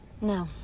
No